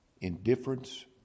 indifference